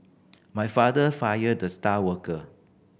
my father fired the star worker